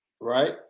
Right